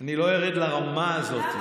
אני לא ארד לרמה הזאת.